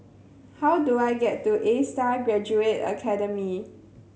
how do I get to Astar Graduate Academy